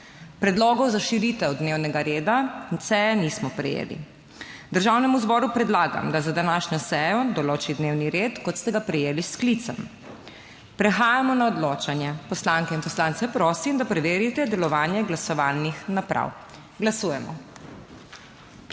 Predlogov za širitev dnevnega reda seje nismo prejeli. Državnemu zboru predlagam, da za današnjo sejo določi dnevni red, kot ste ga prejeli s sklicem. Prehajamo na odločanje. Poslanke in poslance prosim, da preverite delovanje glasovalnih naprav. Glasujemo.